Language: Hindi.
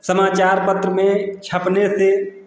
समाचार पत्र में छपने से